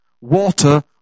Water